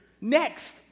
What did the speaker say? next